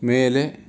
ಮೇಲೆ